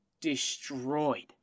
destroyed